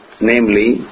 namely